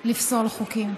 לפסול חוקים,